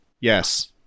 Yes